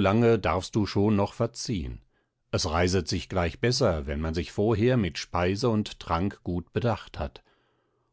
lange darfst du schon noch verziehen es reiset sich gleich besser wenn man sich vorher mit speise und trank gut bedacht hat